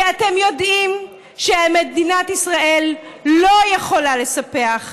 כי אתם יודעים שמדינת ישראל לא יכולה לספח,